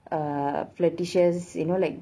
err flirtatious you know like